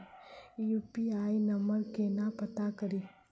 UPI number केना पत्ता कड़ी?